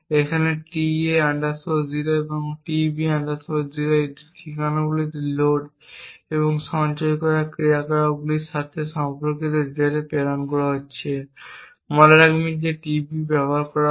এখন tA 0 এবং tB 0 এই ঠিকানাগুলিতে লোড এবং সঞ্চয় করার ক্রিয়াকলাপগুলির সাথে সম্পর্কিত ডেটা প্রেরণ করা হচ্ছে। মনে রাখবেন যে tB ব্যবহার করা হয়